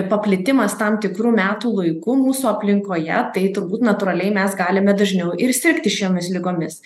paplitimas tam tikru metų laiku mūsų aplinkoje tai turbūt natūraliai mes galime dažniau ir sirgti šiomis ligomis